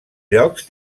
llocs